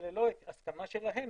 וללא הסכמה שלהם,